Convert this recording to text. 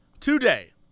today